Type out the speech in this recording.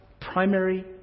primary